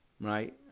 right